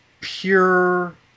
pure